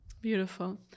Beautiful